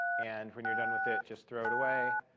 and when you're done with it, just throw it away.